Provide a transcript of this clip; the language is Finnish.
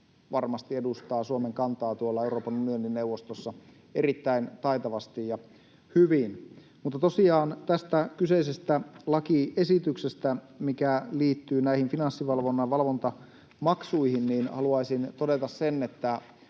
varmasti edustaa Suomen kantaa Euroopan unionin neuvostossa erittäin taitavasti ja hyvin. Mutta tosiaan tästä kyseisestä lakiesityksestä, mikä liittyy näihin Finanssivalvonnan valvontamaksuihin, haluaisin todeta sen, että